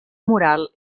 moral